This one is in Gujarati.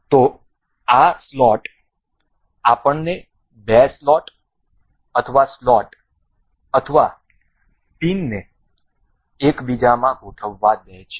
તેથી આ સ્લોટ આપણને બે સ્લોટ અથવા સ્લોટ અથવા પિનને એક બીજામાં ગોઠવવા દે છે